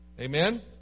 Amen